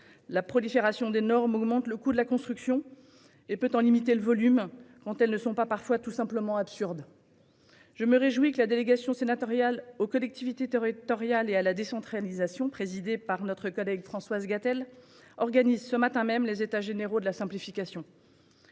La prolifération des normes augmente le coût de la construction et peut en limiter le volume ; parfois, ces normes sont tout simplement absurdes. Je me réjouis à ce propos que la délégation sénatoriale aux collectivités territoriales et à la décentralisation, présidée par notre collègue Françoise Gatel, organise ce matin même les États généraux de la simplification.